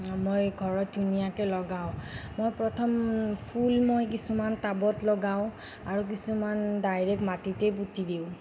মই ঘৰত ধুনীয়াকৈ লগাও মই প্ৰথম ফুল মই কিছুমান টাবত লগাওঁ আৰু কিছুমান ডাইৰেক্ট মাটিতে পুতি দিওঁ